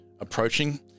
approaching